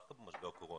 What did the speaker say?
דווקא במשבר הקורונה.